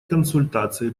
консультации